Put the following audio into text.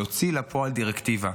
להוציא לפועל דירקטיבה.